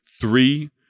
Three